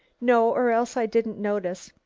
no, or else i didn't notice.